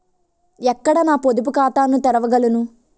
ఎక్కడ నా పొదుపు ఖాతాను తెరవగలను?